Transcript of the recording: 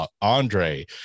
Andre